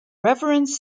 reverence